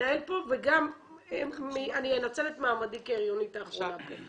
שמתנהל פה וגם אני אנצל את מעמדי כהריונית עכשיו.